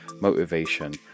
motivation